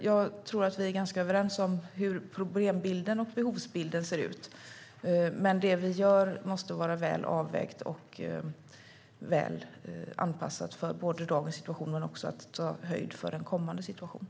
Jag tror att vi är ganska överens om hur problembilden och behovsbilden ser ut. Men det vi gör måste vara väl avvägt och väl anpassat till dagens situation men också ta höjd för en kommande situation.